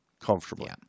comfortably